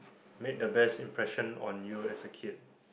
made the best impression on you as a kid